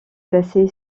placée